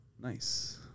nice